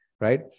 right